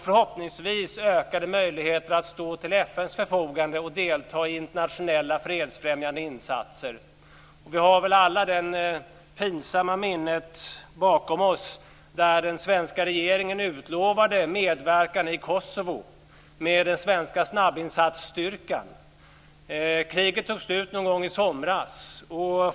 Förhoppningsvis innebär det ökade möjligheter att stå till FN:s förfogande och delta i internationella fredsfrämjande insatser. Vi har väl alla det pinsamma minnet bakom oss där den svenska regeringen utlovade medverkan i Kosovo med den svenska snabbinsatsstyrkan. Kriget tog slut någon gång i somras.